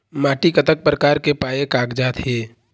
माटी कतक प्रकार के पाये कागजात हे?